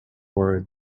were